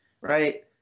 right